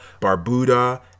Barbuda